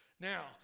Now